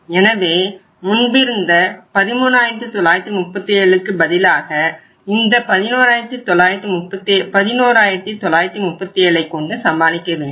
எனவே முன்பிருந்த 13937 பதிலாக இந்த 11937ஐ கொண்டு சமாளிக்க வேண்டும்